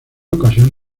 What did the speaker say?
ocasión